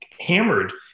hammered